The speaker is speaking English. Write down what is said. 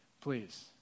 please